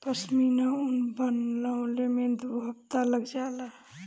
पश्मीना ऊन बनवले में दू हफ्ता लग जाला